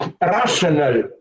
rational